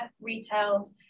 retail